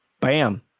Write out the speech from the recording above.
bam